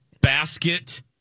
Basket